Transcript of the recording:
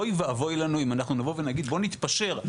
אוי ואבוי לנו אם אנחנו נבוא ונגיד בוא נתפשר על